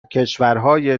کشورهای